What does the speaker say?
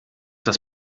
das